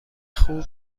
خوب